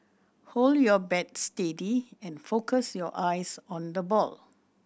hold your bat steady and focus your eyes on the ball